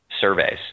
surveys